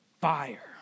fire